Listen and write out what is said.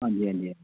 ਹਾਂਜੀ ਹਾਂਜੀ ਹਾਂਜੀ